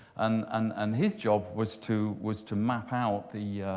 and and and his job was to was to map out the